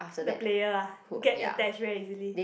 the player ah get attached very easily